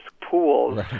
pools